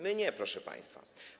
My nie, proszę państwa.